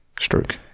Stroke